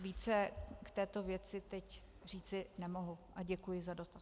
Více k této věci teď říci nemohu a děkuji za dotaz.